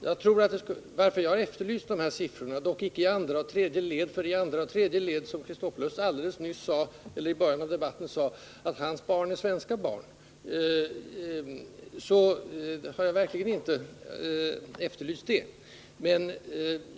Jag har icke efterlyst några siffror för invandrare i andra och tredje led. Som Alexander Chrisopoulos sade i början av debatten är hans barn svenska barn, och jag har beträffande sådana verkligen inte efterlyst några siffror.